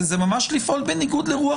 זה ממש לפעול בניגוד לרוח